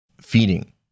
Feeding